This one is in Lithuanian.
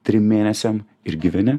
trim mėnesiam ir gyveni